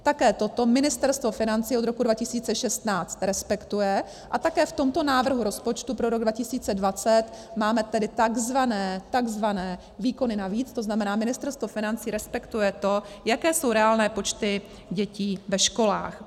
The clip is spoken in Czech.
Také toto Ministerstvo financí od roku 2016 respektuje a také v tomto návrhu rozpočtu pro rok 2020 máme tedy takzvané, takzvané výkony navíc, tzn. Ministerstvo financí respektuje to, jaké jsou reálné počty dětí ve školách.